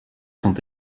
sont